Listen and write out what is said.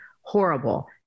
horrible